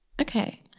Okay